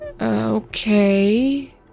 Okay